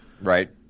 Right